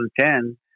2010